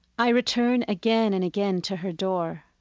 i return again and again to her door,